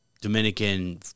Dominican